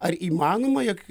ar įmanoma jog